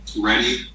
ready